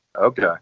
Okay